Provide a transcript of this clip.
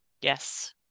Yes